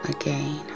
again